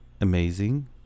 amazing